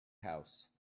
house